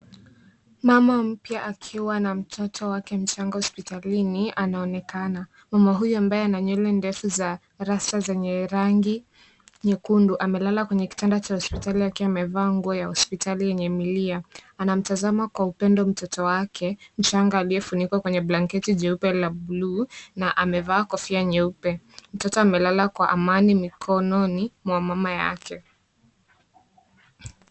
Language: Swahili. Mama mpya akiwa na mtoto wake mchanga hospitalini, anaonekana. Mama huyu ambaye ana nywele ndefu za rasta zenye rangi nyekundu, amelala kwenye kitanda cha hospitali akiwa amevaa nguo ya hospitali yenye milia. Anamtazama kwa upendo mtoto wake mchanga aliyefunikwa kwenye blanketi jeupe la bluu na amevaa kofia nyeupe. Mtoto amelala kwa amani mikononi mwa mama yake.